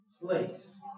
place